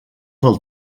del